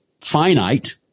finite